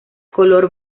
color